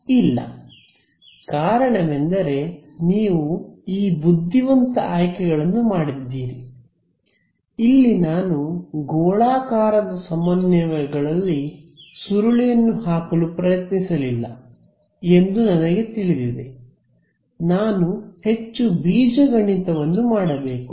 ಇಲ್ಲ ಕಾರಣವೆಂದರೆ ನೀವು ಈ ಬುದ್ಧಿವಂತ ಆಯ್ಕೆಗಳನ್ನು ಮಾಡಿದ್ದೀರಿ ಇಲ್ಲಿ ನಾನು ಗೋಳಾಕಾರದ ಸಮನ್ವಯಗಳಲ್ಲಿ ಸುರುಳಿಯನ್ನು ಹಾಕಲು ಪ್ರಯತ್ನಿಸಲಿಲ್ಲ ಎಂದು ನನಗೆ ತಿಳಿದಿದೆ ನಾನು ಹೆಚ್ಚು ಬೀಜಗಣಿತವನ್ನು ಮಾಡಬೇಕು